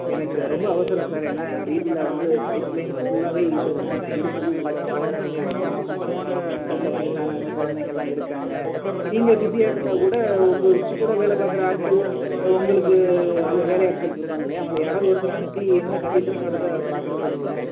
எனக்கு ரொம்ப அவசரம் சார் ஏன்னால் வீட்டில் வந்து பைப் லைன் ஃபுல்லாகவே இதை நம்பி தான் இருக்குது இதில்தான் வாட்டர் சப்ளை வரணும் வீட்டில் வயதானவங்க குழந்தைங்கள்லாம் இருக்காங்க நீங்கள் பிஸியாக இருந்தால் கூட உங்கள் கூட வேலை பார்க்குற ஆட்கள் இல்லை உங்களுக்கு அதில் வேலையாட்கள் இருப்பாங்க இல்லையா அவங்களை யாராவது ஒருத்தரை அனுப்பி என்ன கண்டிஷனுங்கிறதை பார்த்துக்க சொல்லுங்கள்